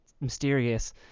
mysterious